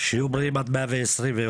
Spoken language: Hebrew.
שיהיו בריאים עד 120 ויותר,